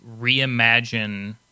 reimagine